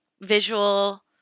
visual